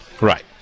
Right